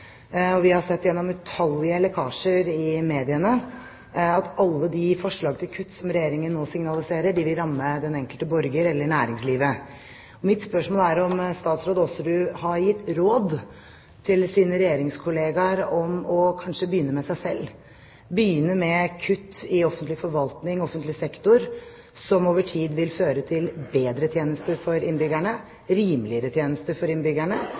og vi har sett gjennom utallige lekkasjer i mediene at alle de forslag til kutt som Regjeringen nå signaliserer, vil ramme den enkelte borger eller næringslivet. Mitt spørsmål er om statsråd Aasrud har gitt råd til sine regjeringskollegaer om kanskje å begynne med seg selv – begynne med kutt i offentlig forvaltning og offentlig sektor, som over tid vil føre til bedre tjenester for innbyggerne, rimeligere tjenester for innbyggerne